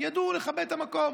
ידעו לכבד את המקום.